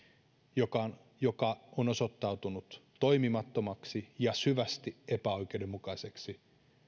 joka joka on osoittautunut toimimattomaksi ja syvästi epäoikeudenmukaiseksi